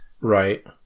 Right